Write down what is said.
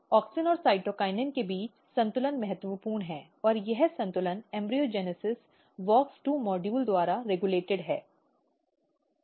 auxin और cytokinin के बीच संतुलन महत्वपूर्ण है और यह संतुलन भ्रूणजनन WOX2 मॉड्यूल द्वारा रेगुलेटेड है